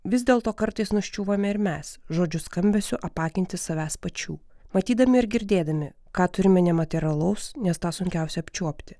vis dėlto kartais nuščiūvame ir mes žodžių skambesiu apakinti savęs pačių matydami ir girdėdami ką turime nematerialaus nes tą sunkiausia apčiuopti